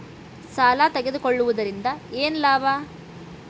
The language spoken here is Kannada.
ಸಾಲ ತಗೊಳ್ಳುವುದರಿಂದ ಏನ್ ಲಾಭ?